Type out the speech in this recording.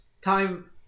time